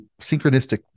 synchronistic